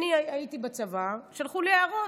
אני הייתי בצבא, שלחו לי הערות,